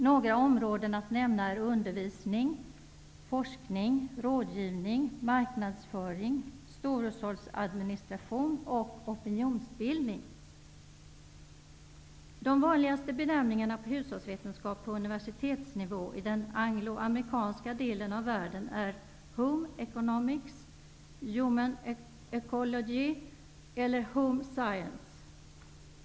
Några områden som jag kan nämna är undervisning, forskning, rådgivning, marknadsföring, storhushållsadministration och opinionsbildning. De vanligaste benämningarna på hushållsvetenskap på universitetsnivå i den angloamerikanska delen av världen är home economics, human ecology eller home sience.